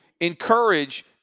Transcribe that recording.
encourage